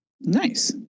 Nice